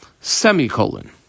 Semicolon